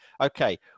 Okay